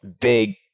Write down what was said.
big